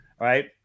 right